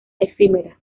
efímera